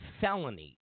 felony